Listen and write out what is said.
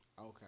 Okay